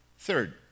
Third